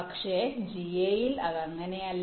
പക്ഷേ ജിഎയിൽ അത് അങ്ങനെയല്ല